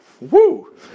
Woo